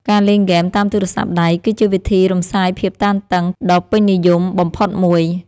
ការលេងហ្គេមតាមទូរស័ព្ទដៃ គឺជាវិធីរំសាយភាពតានតឹងដ៏ពេញនិយមបំផុតមួយ។